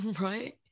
Right